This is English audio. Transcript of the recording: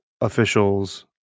officials